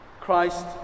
Christ